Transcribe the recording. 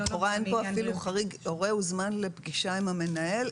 הורה הוזמן לפגישה עם המנהל,